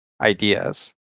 ideas